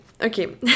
okay